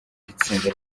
itsinda